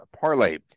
parlay